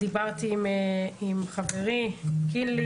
דיברתי עם חברי קינלי